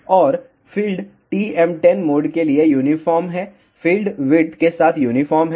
और field TM10 mode के लिए यूनिफार्म है फ़ील्ड विड्थ के साथ यूनिफार्म है